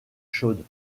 chaudes